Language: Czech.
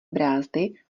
brázdy